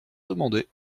demandé